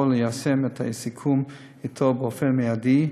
וליישם את הסיכום אתו באופן מיידי,